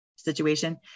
situation